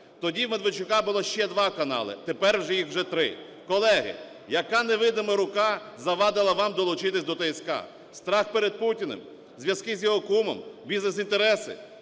Тоді у Медведчука було ще два канали, тепер їх уже три. Колеги, яка невидима рука завадила вам долучитися до ТСК – страх перед Путіним, зв'язки з його кумом, бізнес-інтереси?